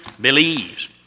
believes